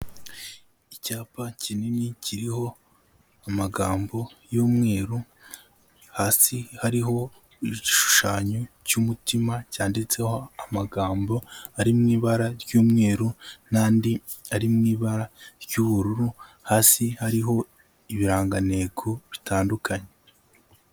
Icyapa kinini, kiriho amagambo y'umweru, hasi hariho igishushanyo cy'umutima cyanditseho amagambo ari mu ibara ry'umweru n'andi ari mu ibara ry'ubururu, hasi hariho ibiranganteko bitandukanye.